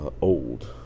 Old